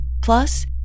Plus